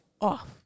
off